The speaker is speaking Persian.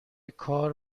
کار